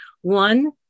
one